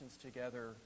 together